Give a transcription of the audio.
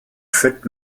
fett